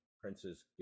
Prince's